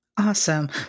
Awesome